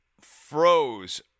froze